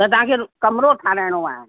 त तव्हांखे कमिरो ठहाराइणो आहे